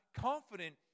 confident